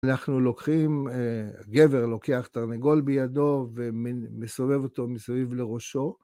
אנחנו לוקחים, גבר לוקח תרנגול בידו ומסובב אותו מסביב לראשו.